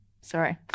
Sorry